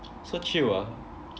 so chill ah